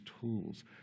tools